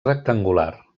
rectangular